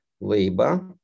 labor